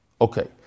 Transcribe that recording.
Okay